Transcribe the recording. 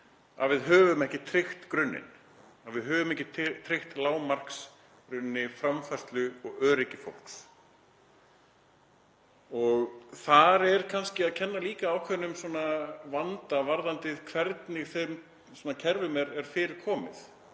að við höfum ekki tryggt grunninn, að við höfum ekki tryggt lágmarksframfærslu og öryggi fólks. Þar er kannski líka um að kenna ákveðnum vanda varðandi hvernig þeim kerfum er fyrir komið,